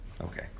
Okay